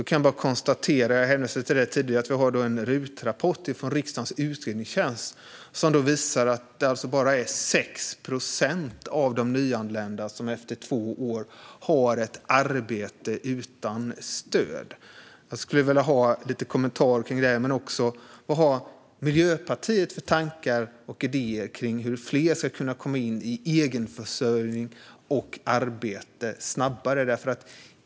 Jag hänvisade tidigare till att vi har en rapport från riksdagens utredningstjänst, RUT, som visar att det bara är 6 procent av de nyanlända som efter två år har ett arbete utan stöd. Jag skulle vilja ha lite kommentarer kring det. Vad har Miljöpartiet för tankar och idéer om hur fler ska kunna komma in i egenförsörjning och arbete snabbare?